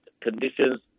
conditions